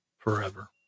forever